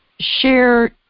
share